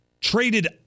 traded